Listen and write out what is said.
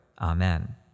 Amen